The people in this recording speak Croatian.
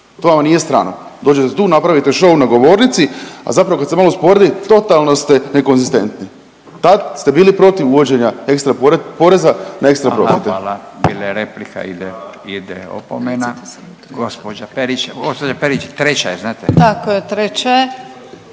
To vama nije strano. Dođete tu, napravite šou na govornici, a zapravo kad se malo usporedi, totalno ste nekonzistentni. Tad ste bili protiv uvođenja ekstraporeza na ekstraprofit. **Radin, Furio (Nezavisni)** Hvala. Hvala. Bila je replika, ide, ide opomena. Gđa Perić, gđo Perić, treća je, znate? **Perić,